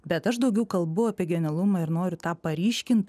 bet aš daugiau kalbu apie genialumą ir noriu tą paryškint